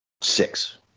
Six